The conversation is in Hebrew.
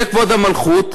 זה כבוד המלכות,